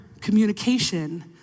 communication